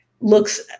Looks